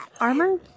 armor